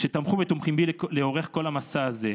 שתמכו ותומכים בי לאורך כל המסע הזה,